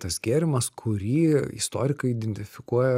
tas gėrimas kurį istorikai identifikuoja